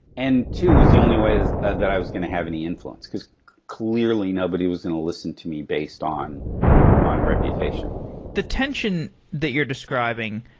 and two, is the only way and that i was going to have any influence, because clearly, nobody was going to listen to me based on on reputation the tension that you're describing,